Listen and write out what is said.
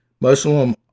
Muslim